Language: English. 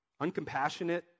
uncompassionate